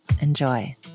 Enjoy